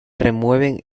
remueven